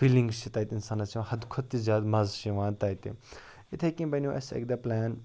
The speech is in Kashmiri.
فیٖلِنٛگٕس چھِ تَتہِ اِنسانَس یِوان حدٕ کھۄتہٕ تہِ زیادٕ مَزٕ چھِ یِوان تَتہِ یِتھَے کَنۍ بَنیو اَسہِ اَکہِ دۄہ پٕلین